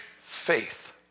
faith